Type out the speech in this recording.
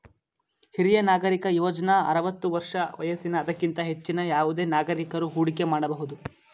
ಹಿರಿಯ ನಾಗರಿಕ ಯೋಜ್ನ ಆರವತ್ತು ವರ್ಷ ವಯಸ್ಸಿನ ಅದಕ್ಕಿಂತ ಹೆಚ್ಚಿನ ಯಾವುದೆ ನಾಗರಿಕಕರು ಹೂಡಿಕೆ ಮಾಡಬಹುದು